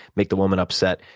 make the woman upset.